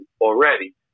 already